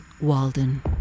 Walden